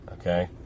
okay